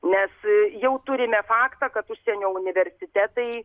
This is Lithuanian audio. nes jau turime faktą kad užsienio universitetai